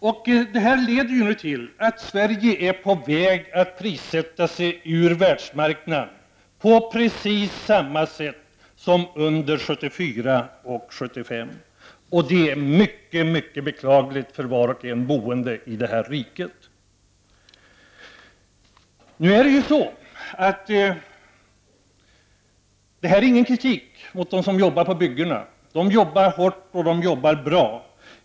Sverige är på väg att så att säga prissätta sig ur världsmarknaden på precis samma sätt som skedde under 1974 och 1975, och det är synnerligen beklagligt för var och en som bor i detta rike. Detta är ingen kritik mot dem som jobbar på byggena. De jobbar hårt, och de jobbar bra.